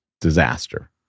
disaster